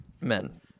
men